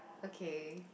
okay